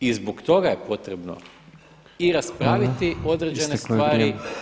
I zbog toga je potrebno i raspraviti određene stvari